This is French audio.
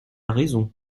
raison